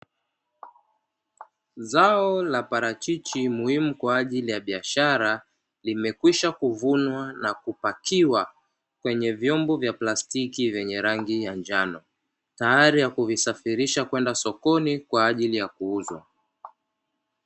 Zao la parachichi muhimu kwaajili ya biashara, limekwisha kuvunwa na kupakiwa kwenye vyombo vya plastiki vyenye rangi ya njano. Tayali kwa kuvisafirisha kwenda sokoni kwaajili ya kuuzwa.